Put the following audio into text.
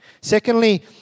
Secondly